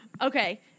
okay